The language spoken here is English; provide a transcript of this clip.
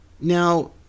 Now